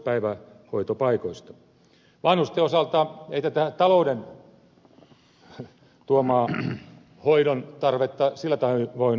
vanhusten osalta ei tätä talouden tuomaa hoidon tarvetta sillä tavoin ole